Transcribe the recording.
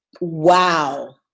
Wow